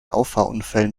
auffahrunfällen